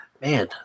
man